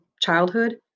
childhood